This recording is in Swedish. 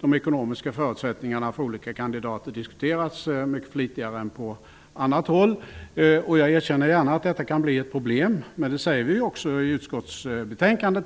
de ekonomiska förutsättningarna för olika kandidater diskuterats mycket flitigare än på annat håll. Jag erkänner gärna att detta kan bli ett problem, och det säger vi också i utskottets betänkande.